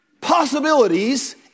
possibilities